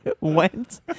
went